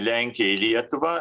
lenkiją į lietuvą